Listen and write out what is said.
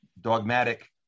dogmatic